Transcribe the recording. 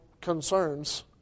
concerns